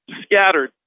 scattered